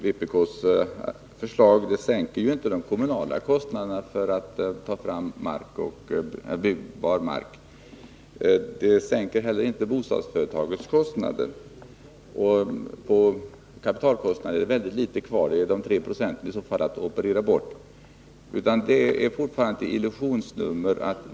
Vpk:s förslag sänker inte de kommunala kostnaderna för att ta fram byggbar mark. Det sänker inte heller bostadsföretagens kostnader. När det gäller kapitalkostnader så finns det väldigt litet kvar — det är 3 26 som man kan operera bort. Vpk:s förslag är fortfarande ett illusionsnummer.